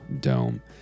dome